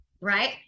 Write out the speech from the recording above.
right